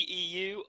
eu